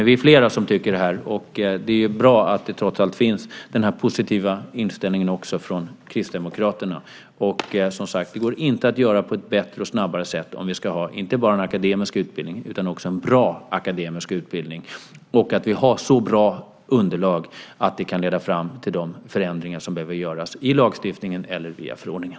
Vi är flera som tycker detta, och det är bra att denna positiva inställning trots allt finns också hos Kristdemokraterna. Det går som sagt inte att göra detta på ett bättre och snabbare sätt om vi ska ha inte bara en akademisk utbildning utan också en bra akademisk utbildning. Vi ska ha ett så bra underlag att det kan leda fram till de förändringar som behöver göras i lagstiftningen eller förordningen.